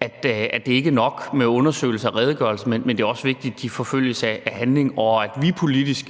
at det ikke er nok med en undersøgelse og redegørelse, men at det også er vigtigt, at de forfølges af handling, og at vi,